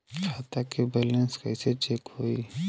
खता के बैलेंस कइसे चेक होई?